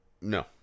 No